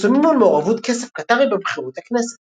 פרסומים על מעורבות כסף קטרי בבחירות לכנסת